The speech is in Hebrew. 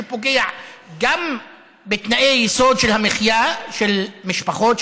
שפוגע בתנאי היסוד של המחיה של משפחות,